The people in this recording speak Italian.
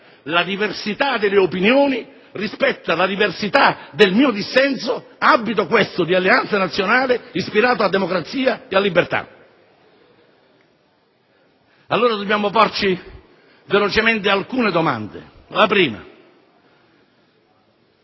la diversità delle opinioni, e rispetta, in particolare, la diversità del mio dissenso: abito, questo, di Alleanza Nazionale ispirato a democrazia e a libertà. Dobbiamo porci velocemente alcune domande. La prima: